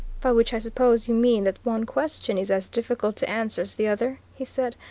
by which i suppose you mean that one question is as difficult to answer as the other, he said.